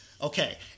okay